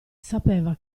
sapeva